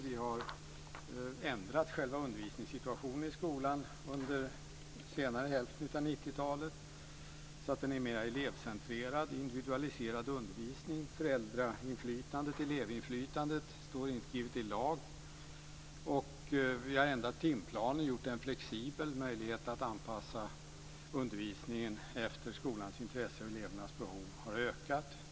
Vi har ändrat själva undervisningssituationen i skolan under senare hälften av 1990-talet så att den är mer elevcentrerad. Vi har individualiserad undervisning. Föräldrainflytandet och elevinflytandet är inskrivet i lag. Vi har ändrat timplanen och gjort den flexibel. Möjligheten att anpassa undervisningen efter skolans intresse och elevernas behov har ökat.